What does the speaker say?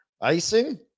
Icing